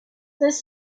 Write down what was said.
this